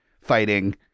fighting